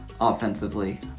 Offensively